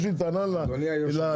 יש לי טענה לאנשים?